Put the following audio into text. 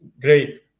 great